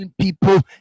people